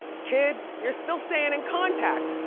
kid, you're still stayin' in contact.